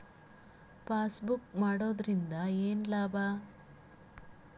Passbook ಮಾಡುದರಿಂದ ಏನು ಲಾಭ?